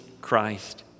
Christ